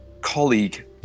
colleague